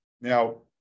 Now